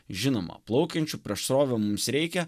žinoma plaukiančių prieš srovę mums reikia